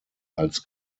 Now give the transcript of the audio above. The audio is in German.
als